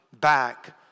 back